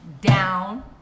down